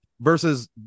Versus